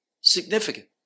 significant